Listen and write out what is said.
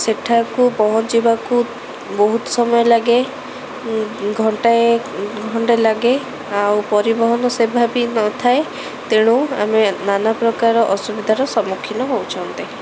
ସେଠାକୁ ପହଞ୍ଚିବାକୁ ବହୁତ ସମୟ ଲାଗେ ଘଣ୍ଟାଏ ଖଣ୍ଡେ ଲାଗେ ଆଉ ପରିବହନ ସେବା ବି ନଥାଏ ତେଣୁ ଆମେ ନାନା ପ୍ରକାର ଅସୁବିଧାର ସମ୍ମୁଖୀନ ହେଉଛନ୍ତି